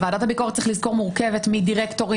צריך לזכור, ועדת הביקורת מורכבת מדירקטורים